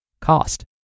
cost